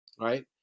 right